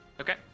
Okay